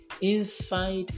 inside